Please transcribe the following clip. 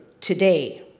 today